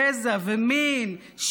גזע ומין".